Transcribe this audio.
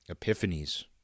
epiphanies